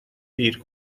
دیر